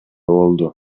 болду